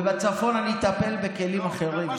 ובצפון אני אטפל בכלים אחרים.